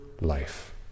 life